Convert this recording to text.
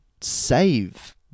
save